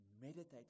meditate